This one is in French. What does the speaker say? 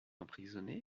emprisonné